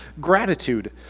gratitude